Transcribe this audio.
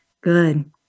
Good